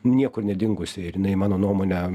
niekur nedingusi ir jinai mano nuomone